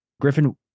Griffin